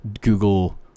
Google